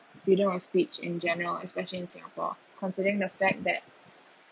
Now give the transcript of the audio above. freedom of speech in general especially in singapore considering the fact that